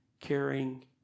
caring